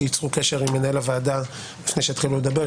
שייצרו קשר עם מנהל הוועדה לפני שיתחילו לדבר,